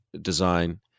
design